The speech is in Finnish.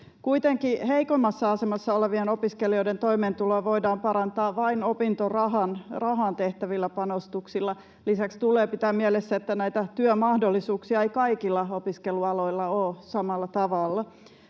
Kuitenkin heikommassa asemassa olevien opiskelijoiden toimeentuloa voidaan parantaa vain opintorahaan tehtävillä panostuksilla. Lisäksi tulee pitää mielessä, että työmahdollisuuksia ei kaikilla opiskelualoilla ole samalla tavalla.